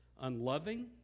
unloving